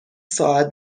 ساعت